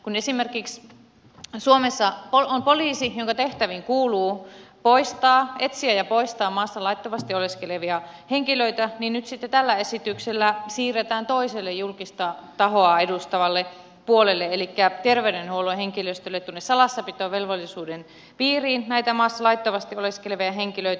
kun suomessa on poliisi jonka tehtäviin kuuluu etsiä ja poistaa maassa laittomasti oleskelevia henkilöitä niin nyt sitten tällä esityksellä siirretään toiselle julkista tahoa edustavalle puolelle elikkä terveydenhuollon henkilöstölle tuonne salassapitovelvollisuuden piiriin näitä maassa laittomasti oleskelevia henkilöitä